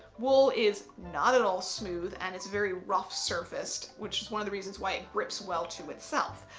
wool is not at all smooth and it's very rough surfaced, which is one of the reasons why it grips well to itself.